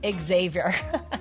Xavier